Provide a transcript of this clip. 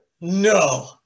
No